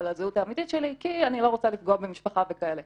על הזהות האמיתית שלי כי אני לא רוצה לפגוע במשפחה וכאלה.